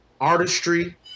artistry